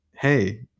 hey